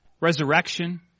resurrection